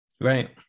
Right